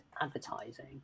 advertising